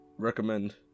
Recommend